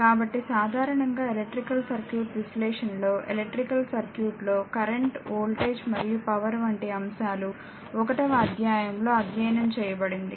కాబట్టి సాధారణంగా electrical circuit విశ్లేషణలో ఎలక్ట్రికల్ సర్క్యూట్లో కరెంట్ వోల్టేజ్ మరియు పవర్ వంటి అంశాలు 1 వ అధ్యాయంలో అధ్యయనం చేయబడింది